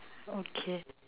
okay